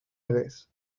hagués